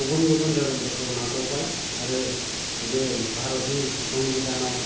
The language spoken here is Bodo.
गुबुन गुबुन धोरोमफोरखौ नाजावबाय आरो जे भारतनि संबिधानआव